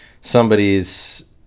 Somebody's